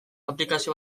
aplikazio